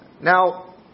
Now